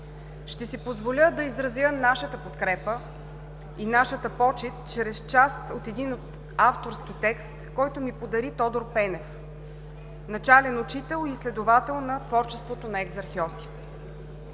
Ще си позволя да изразя нашата подкрепа и нашата почит чрез част от един авторски текст, който ми подари Тодор Пенев – начален учител и изследовател на творчеството на Екзарх Йосиф: